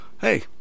hey